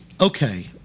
okay